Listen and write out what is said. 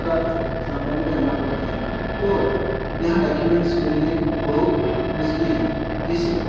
का सामना भी करना पड़ता है और यहाँ डॉक्यूमेंटस मिलने बहुत मुश्किल है जिससे